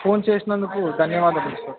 phone చేసినందుకు ధన్యవాదములు sir